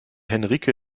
henrike